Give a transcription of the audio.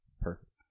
Perfect